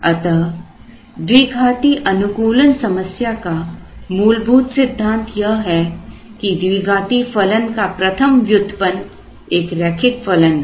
अतः द्विघाती अनुकूलन समस्या का मूलभूत सिद्धांत यह है कि द्विघाती फलन का प्रथम व्युत्पन्न एक रैखिक फलन हो